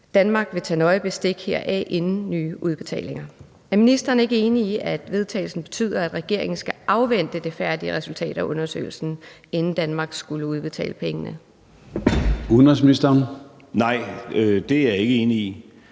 Danmark vil tage nøje bestik heraf inden nye udbetalinger.« Er ministeren ikke enig i, at vedtagelsen betyder, at regeringen skal afvente det færdige resultat af undersøgelsen, inden Danmark skulle udbetale pengene? Kl. 13:06 Formanden (Søren Gade):